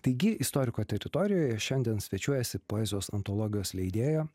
taigi istoriko teritorijoje šiandien svečiuojasi poezijos antologijos leidėjo